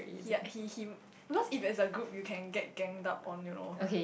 ya he he because if as a group you can get ganged up on you know